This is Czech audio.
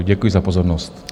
Děkuji za pozornost.